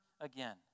again